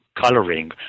coloring